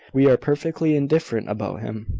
we are perfectly indifferent about him.